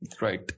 Right